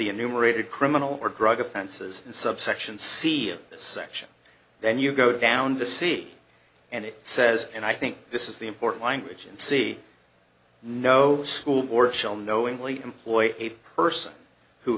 enumerated criminal or drug offenses in subsection c section then you go down to see and it says and i think this is the important language and see no school board shall knowingly employ a person who